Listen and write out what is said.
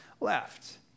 left